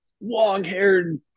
long-haired